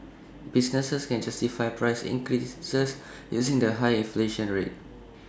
businesses can justify price increases using the high inflation rate